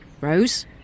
Rose